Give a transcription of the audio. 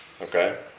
Okay